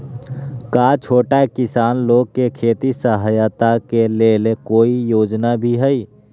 का छोटा किसान लोग के खेती सहायता के लेंल कोई योजना भी हई?